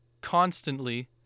constantly